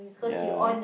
ya